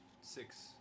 six